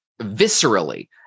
viscerally